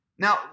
Now